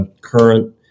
current